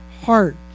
heart